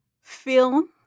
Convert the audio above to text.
film